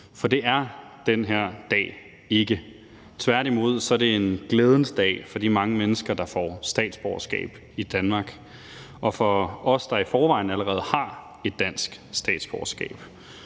for det er den her dag ikke. Tværtimod er det en glædens dag for de mange mennesker, der får statsborgerskab i Danmark, og for os, der i forvejen allerede har et dansk statsborgerskab,